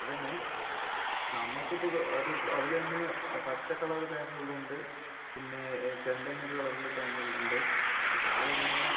അതെന്നെ നമ്മുക്ക് ഇപ്പോൾ ഇത് അത് അതിലെന്നെ പച്ച കളറ് തേങ്ങ ഉള്ള ഉണ്ട് പിന്നെ ചെന്തെങ്ങിൻ്റ കളർ ഉള്ള തേങ്ങ ഉള്ളത് ഉണ്ട് അപ്പം സാർ എങ്ങനെ ആണ്